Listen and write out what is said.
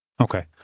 Okay